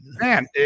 man